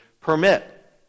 permit